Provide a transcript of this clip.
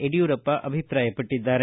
ಯಡಿಯೂರಪ್ಪ ಅಭಿಪ್ರಾಯಪಟ್ಟದ್ದಾರೆ